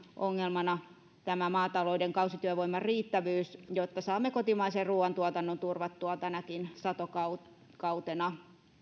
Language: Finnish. ongelmana on tämä maatalouden kausityövoiman riittävyys jotta saamme kotimaisen ruoantuotannon turvattua tänäkin satokautena